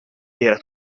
era